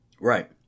Right